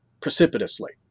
precipitously